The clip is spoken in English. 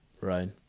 right